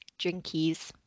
drinkies